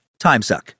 TimeSuck